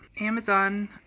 Amazon